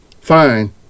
fine